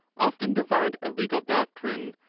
often divide a legal doctrine,